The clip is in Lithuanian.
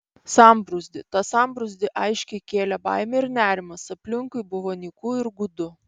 sambrūzdį tą sambrūzdį aiškiai kėlė baimė ir nerimas aplinkui buvo nyku ir gūdu